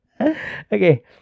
okay